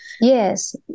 Yes